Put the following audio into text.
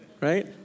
right